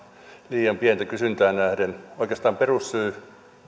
liian pientä kysyntään nähden niin oikeastaan perussyy